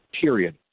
period